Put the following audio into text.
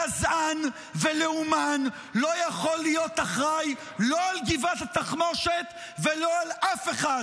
גזען ולאומן לא יכול להיות אחראי לא על גבעת התחמושת ולא על אף אחד.